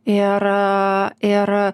ir ir